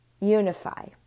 Unify